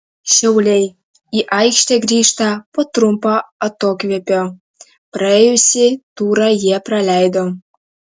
šiauliai į aikštę grįžta po trumpo atokvėpio praėjusį turą jie praleido